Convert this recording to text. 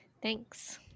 Thanks